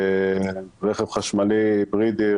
רכב חשמלי היברידי,